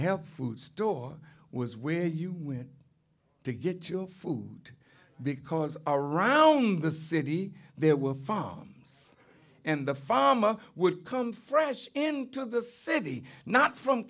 have food store was where you went to get your food because all round the city there were farms and the farmer would come fresh into the city not from